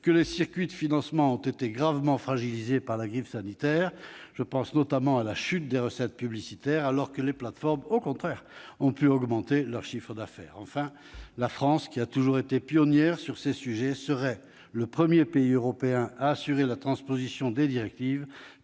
que les circuits de financement ont été gravement fragilisés par la crise sanitaire- je pense notamment à la chute des recettes publicitaires -alors que les plateformes, au contraire, ont pu augmenter leur chiffre d'affaires. Enfin, la France, qui a toujours été pionnière sur ces sujets, serait le premier pays européen à assurer la transposition des directives,